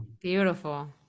beautiful